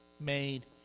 made